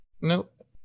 nope